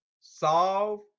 solve